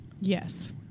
Yes